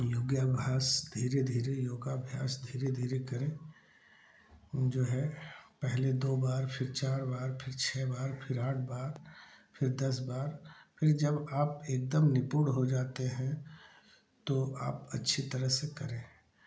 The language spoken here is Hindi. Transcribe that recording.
योगाभास धीरे धीरे योगाभ्यास धीरे धीरे करें जो है पहले दो बार फिर चार बार फिर छह बार फिर आठ बार फिर दस बार फिर जब आप एकदम निपुण हो जाते हैं तो आप अच्छी तरह से करें